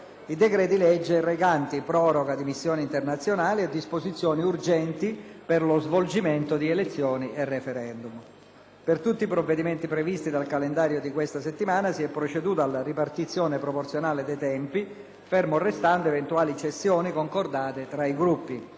i decreti-legge recanti proroga di missioni internazionali e disposizioni urgenti per lo svolgimento di elezioni e *referendum*. Per tutti i provvedimenti previsti dal calendario di questa settimana si è proceduto alla ripartizione proporzionale dei tempi, ferme restando eventuali cessioni concordate tra i Gruppi.